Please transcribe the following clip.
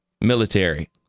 Military